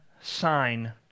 sign